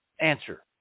answer